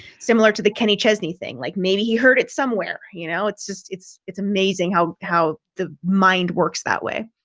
similar to the kenny chesney thing, like maybe you heard it somewhere, you know, it's just it's, it's amazing how how the mind works that way.